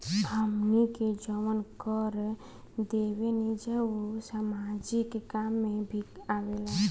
हमनी के जवन कर देवेनिजा उ सामाजिक काम में भी आवेला